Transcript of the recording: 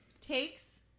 takes